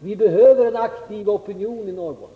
Vi behöver en aktiv opinion i Norrbotten.